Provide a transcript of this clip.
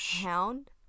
Hound